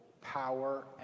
power